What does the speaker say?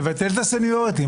נבטל את הסניוריטי.